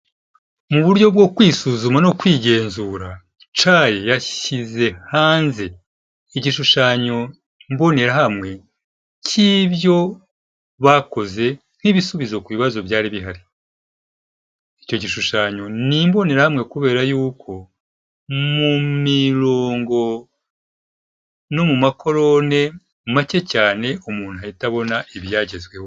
Mu buryo bwo kwisuzuma no kwigenzura, CHAI yashyize hanze igishushanyo mbonerahamwe cy'ibyo bakoze nk'ibisubizo ku bibazo byari bihari, icyo gishushanyo imbonerahamwe kubera yuko mu mirongo no mu makone make cyane umuntu ahita abona ibyagezweho.